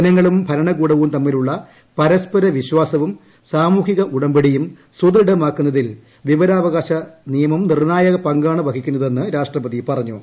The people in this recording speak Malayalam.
ജനങ്ങളും ഭരണകൂടവും തമ്മിലുള്ള പരസ്പര വിശ്വാസവും സാമൂഹിക ഉടമ്പടിയും സുദൃഡമാക്കുന്നതിൽ വിവരാവകാശ നിയമം നിർണ്ണായക പങ്കാണ് വഹിക്കുന്നതെന്ന് രാഷ്ട്രപതി പറഞ്ഞു